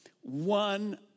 one